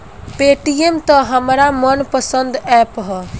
Paytm त हमार मन पसंद ऐप ह